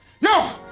No